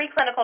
preclinical